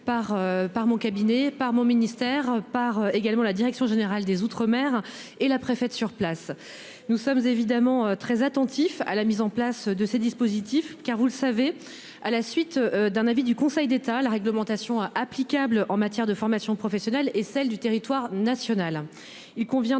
par mon cabinet, par mon ministère, mais également par la direction générale des outre-mer (DGOM) et la préfète sur place. Nous sommes évidemment très attentifs à la mise en place de ces dispositifs, car, vous le savez, à la suite d'un avis du Conseil d'État, la réglementation applicable en matière de formation professionnelle est celle du territoire national.